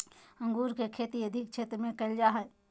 अंगूर के खेती अधिक क्षेत्र में कइल जा हइ